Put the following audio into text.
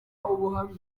ubuhamya